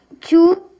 Two